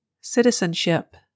Citizenship